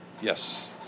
Yes